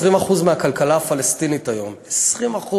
20% מהכלכלה הפלסטינית היום, 20%,